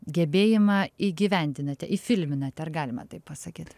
gebėjimą įgyvendinate įfilminate ar galima taip pasakyt